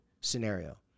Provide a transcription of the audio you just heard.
scenario